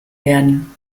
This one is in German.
werden